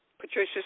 Patricia